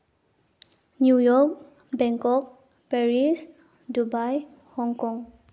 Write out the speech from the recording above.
New York Bangkok Paris Dubai Hong Kong